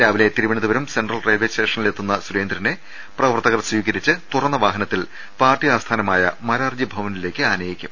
രാവിലെ Thiruvananthapuram central railway സ്റ്റേഷ നിലെത്തുന്ന സുരേന്ദ്രനെ പ്രവർത്തകർ സ്വീകരിച്ച് തുറന്ന വാഹന ത്തിൽ പാർട്ടി ആസ്ഥാനമായ മാരാർജി ഭവനിലേക്ക് ആന്യിക്കും